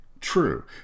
true